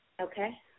Okay